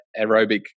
aerobic